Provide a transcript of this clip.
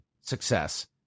success